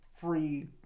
free